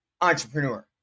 entrepreneur